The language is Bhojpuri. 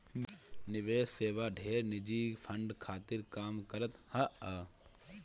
निवेश सेवा ढेर निजी फंड खातिर काम करत हअ